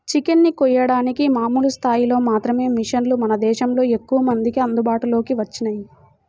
chicken ని కోయడానికి మామూలు స్థాయిలో మాత్రమే మిషన్లు మన దేశంలో ఎక్కువమందికి అందుబాటులోకి వచ్చినియ్యి